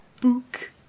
Book